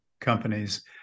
companies